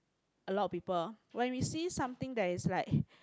a lot people when we see something that is like